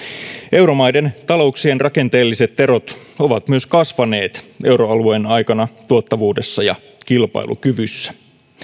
euromaiden talouksien rakenteelliset erot ovat kasvaneet euroalueen aikana myös tuottavuudessa ja kilpailukyvyssä